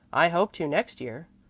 i hope to next year.